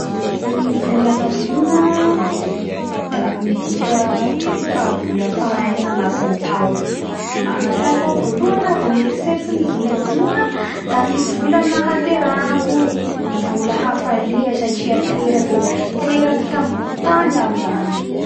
Ny volana jiona da midika fa vola faha enina anatiny tao da gnatsaiko ao voalohany vo mieritseritsy volana jiona da ny vola nahaterahako vola ny hafalia satria teraky ambony tany iaho zany